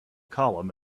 column